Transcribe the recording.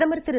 பிரதமர் திரு